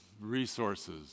resources